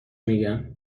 میگم